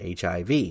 HIV